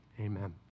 amen